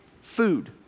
food